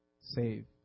save